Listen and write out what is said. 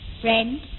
Friend